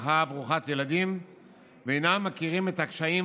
ועדת הבריאות בעקבות דיון מהיר בהצעתם